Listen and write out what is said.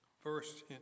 First